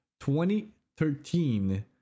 2013